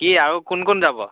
কি আৰু কোক কোন যাব